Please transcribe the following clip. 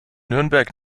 nürnberg